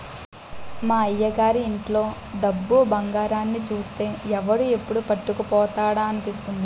మా అయ్యగారి ఇంట్లో డబ్బు, బంగారాన్ని చూస్తే ఎవడు ఎప్పుడు పట్టుకుపోతాడా అనిపిస్తుంది